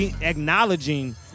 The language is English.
acknowledging